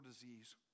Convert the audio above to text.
disease